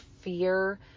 fear